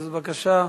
אז בבקשה,